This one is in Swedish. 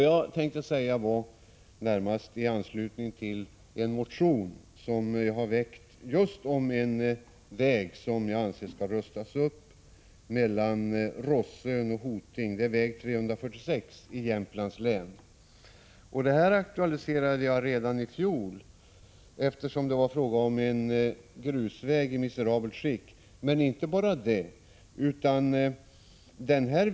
Jag tänkte närmast säga några ord med anledning av en motion som har väckts just om en väg som bör rustas upp. Det gäller vägen 346 mellan Rossön och Hoting i Jämtlands län. Jag aktualiserade saken redan i fjol, eftersom det var fråga om en grusväg i miserabelt skick.